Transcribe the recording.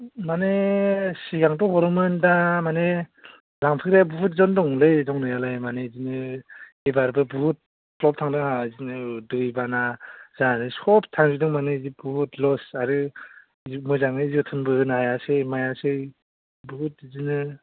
माने सिगांथ' हरोमोन दा माने लांफैनाय बहुदजोन दंलै दंनायालाय माने बिदिनो बेबारबो बहुद द्रप थांदों आंना बिदिनो दैबाना जानायजों सब थांजोबदों माने बहुद लस आरो मोजाङै जोथोनबो होनो हायासै मायासै बहुद बिदिनो